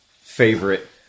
favorite